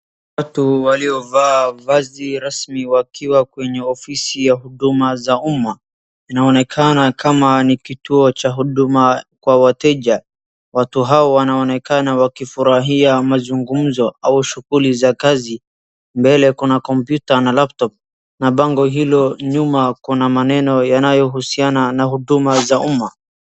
Watu waliovaa mavazi rasmi wakiwa kwenye ofisi za huduma za umma, inaonekana kama ni kituo cha huduma kwa wateja. Watu hawa wanaonekana wakifurahia mazungumzo au shughuli za kazi, mbele kuna kompyuta na laptop na bango hilo nyuma kuna maneno yanayohusiana na huduma za umma.